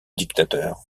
dictateur